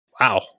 wow